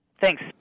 Thanks